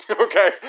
Okay